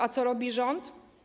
A co robi rząd?